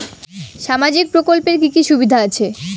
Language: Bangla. সামাজিক প্রকল্পের কি কি সুবিধা আছে?